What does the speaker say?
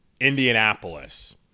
Indianapolis